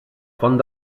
font